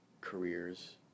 careers